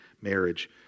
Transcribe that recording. Marriage